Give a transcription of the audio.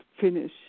finish